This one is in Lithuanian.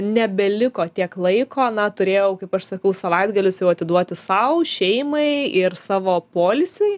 nebeliko tiek laiko na turėjau kaip aš sakau savaitgalius jau atiduoti sau šeimai ir savo poilsiui